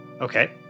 Okay